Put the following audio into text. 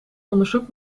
onderzoekt